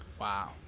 Wow